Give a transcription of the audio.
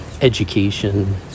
education